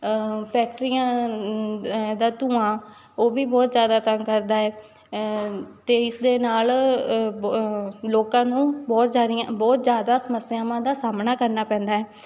ਫੈਕਟਰੀਆਂ ਦਾ ਧੂੰਆਂ ਉਹ ਵੀ ਬਹੁਤ ਜ਼ਿਆਦਾ ਤੰਗ ਕਰਦਾ ਹੈ ਅਤੇ ਇਸ ਦੇ ਨਾਲ ਬ ਲੋਕਾਂ ਨੂੰ ਬਹੁਤ ਜਾਣੀ ਅ ਬਹੁਤ ਜ਼ਿਆਦਾ ਸਮੱਸਿਆਵਾਂ ਦਾ ਸਾਹਮਣਾ ਕਰਨਾ ਪੈਂਦਾ ਹੈ